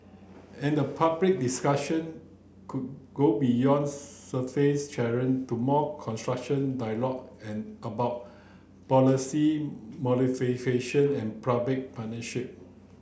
and the public discussion could go beyond surface to more construction dialogue an about policy modification and public partnership